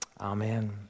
Amen